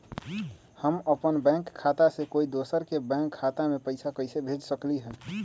हम अपन बैंक खाता से कोई दोसर के बैंक खाता में पैसा कैसे भेज सकली ह?